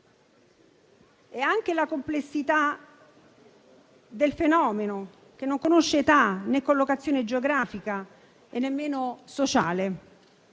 e anche la complessità del fenomeno, che non conosce età né collocazione geografica e neanche sociale.